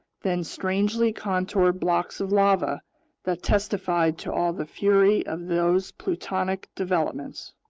then strangely contoured blocks of lava that testified to all the fury of those plutonic developments.